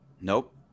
Nope